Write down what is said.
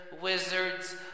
wizards